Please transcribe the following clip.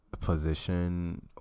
position